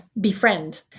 befriend